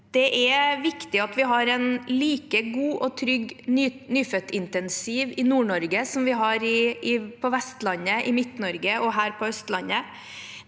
Det er viktig at vi har en like god og trygg nyfødtintensiv i Nord-Norge som vi har på Vestlandet, i Midt-Norge og her på Østlandet.